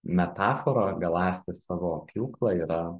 metafora galąsti savo pjūklą yra